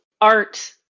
art